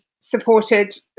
supported